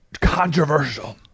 controversial